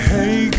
Hey